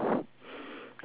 oh golly